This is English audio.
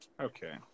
Okay